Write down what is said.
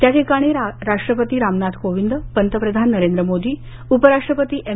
त्याठिकाणी राष्ट्रपती रामनाथ कोविंद पंतप्रधान नरेंद्र मोदी उप राष्ट्रपती एम